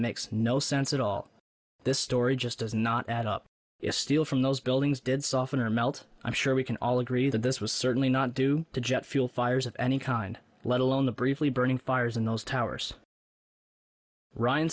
makes no sense at all this story just does not add up if steel from those buildings did softener melt i'm sure we can all agree that this was certainly not due to jet fuel fires of any kind let alone the briefly burning fires in those towers ryan